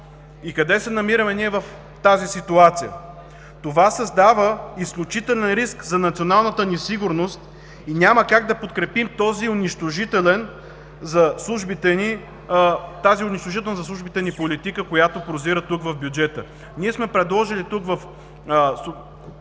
Къде се намираме ние в тази ситуация? Това създава изключителен риск за националната ни сигурност и няма как да подкрепим тази унищожителна за службите ни политика, която прозира тук, в бюджета. Ние сме предложили тук в Проекта